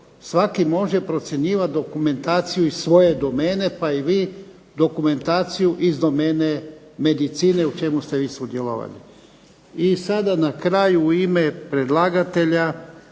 Svaki može procjenjivati dokumentaciju iz svoje domene, pa i vi dokumentaciju iz domene medicine u čemu ste vi sudjelovali. I sada na kraju u ime predlagatelja